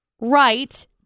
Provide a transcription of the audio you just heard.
right